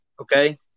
okay